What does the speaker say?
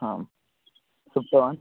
आम् सुप्तवान्